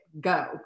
go